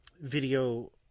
video